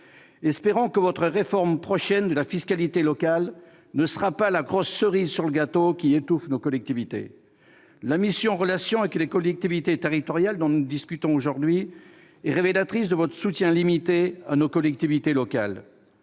Espérons que votre réforme prochaine de la fiscalité locale ne sera pas la grosse cerise sur le gâteau qui étouffera nos collectivités ! La mission « Relations avec les collectivités territoriales », dont nous discutons aujourd'hui, est révélatrice de votre soutien limité à nos collectivités locales.